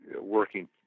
working